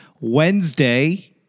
Wednesday